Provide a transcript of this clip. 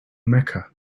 mecca